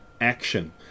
action